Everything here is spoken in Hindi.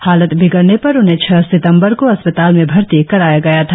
हालत बिगड़ने पर उन्हे छह सितम्बर को अस्पताल में भर्ती कराया गया था